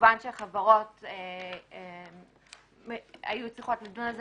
כמובן שהחברות היו צריכות לדון על זה